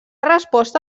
resposta